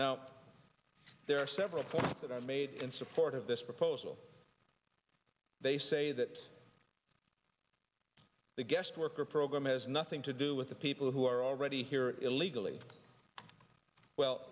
now there are several points that are made in support of this proposal they say that the guest worker program has nothing to do with the people who are already here illegally well